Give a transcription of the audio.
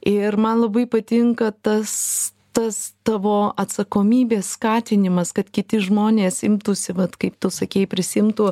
ir man labai patinka tas tas tavo atsakomybės skatinimas kad kiti žmonės imtųsi vat kaip tu sakei prisiimtų